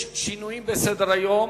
יש שינויים בסדר-היום.